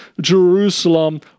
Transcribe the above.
Jerusalem